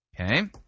Okay